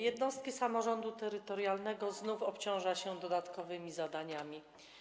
Jednostki samorządu terytorialnego znów obciąża się dodatkowymi zadaniami.